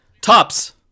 Tops